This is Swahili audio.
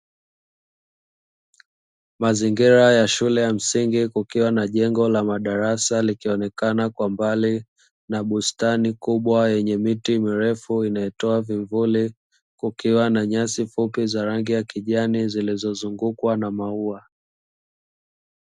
Mazingira ya shule ya msingi kukiwa na jengo la madarasa. Liikionekana kwa mbali na bustani kubwa yenye miti mirefu inayotoa vivuli kukiwa na nyasi fupi za rangi ya kijani zilizozungukwa na maua.